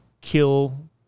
kill